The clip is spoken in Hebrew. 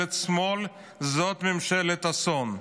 ממשלת שמאל, זאת ממשלת אסון.